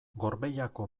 gorbeiako